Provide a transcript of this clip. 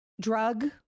drug